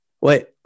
wait